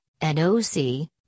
NOC